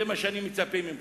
זה מה שאני מצפה ממך.